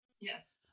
Yes